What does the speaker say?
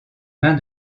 main